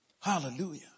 Hallelujah